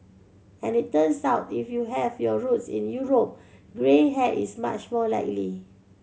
and it turns out if you have your roots in Europe grey hair is much more likely